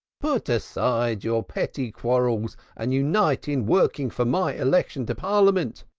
put aside your petty quarrels and unite in working for my election to parliament.